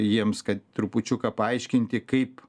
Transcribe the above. jiems kad trupučiuką paaiškinti kaip